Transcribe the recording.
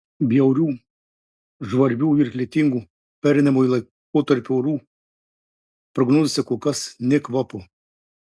bjaurių žvarbių ir lietingų pereinamojo laikotarpio orų prognozėse kol kas nė kvapo